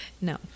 No